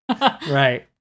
Right